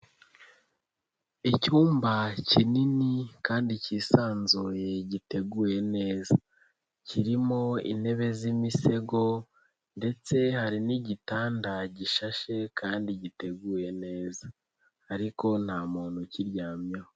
Icyumba kinini kandi kisanzuye giteguye neza, kirimo intebe z'imisego ndetse hari n'igitanda gishashe kandi giteguye neza ariko nta muntu ukiryamyeho.